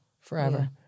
forever